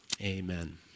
Amen